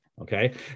Okay